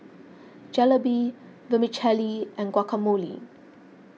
Jalebi Vermicelli and Guacamole